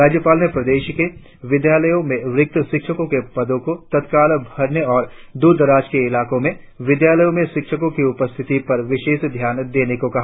राज्यपाल ने प्रदेश के विद्यालयों में रिक्त शिक्षकों के पदों को तत्काल भरने और दूर दराज के इलाकों के विद्यालयों में शिक्षको की उपस्थिति पर विशेष ध्यान देने को कहा